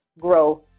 grow